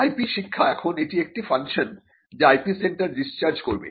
IP শিক্ষা এখন এটি একটি ফাংশন যা IP সেন্টার ডিসচার্জ করবে